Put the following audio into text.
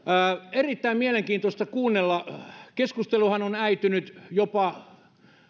erittäin mielenkiintoista kuunnella keskusteluhan on äitynyt jopa